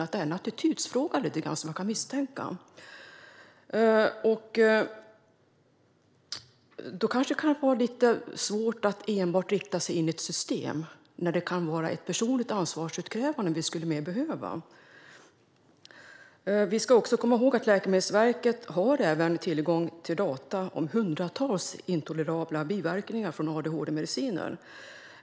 Man kan misstänka att det är lite grann av en attitydfråga. Det kan vara lite svårt att enbart inrikta sig på ett system när vi mer skulle behöva ett personligt ansvarsutkrävande. Vi ska komma ihåg att Läkemedelsverket har tillgång till data om hundratals intolerabla biverkningar från adhd-mediciner.